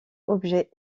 objets